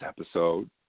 episode